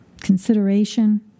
consideration